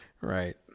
Right